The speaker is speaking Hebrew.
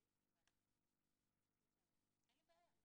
הוועדה,